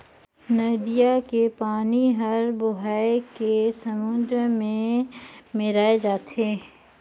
नदिया के पानी हर बोहाए के समुन्दर में मेराय जाथे